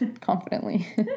confidently